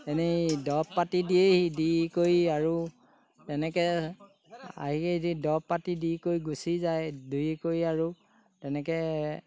এনেই দৰব পাতি দিয়েহি দি কৰি আৰু তেনেকৈ আহি দৰব পাতি দি কৰি গুচি যায় দি কৰি আৰু তেনেকৈ